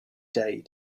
day